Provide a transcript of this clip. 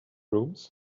rooms